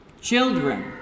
Children